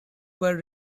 were